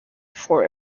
for